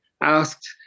asked